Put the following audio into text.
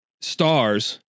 stars